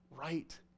right